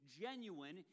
genuine